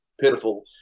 pitiful